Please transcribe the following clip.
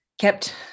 kept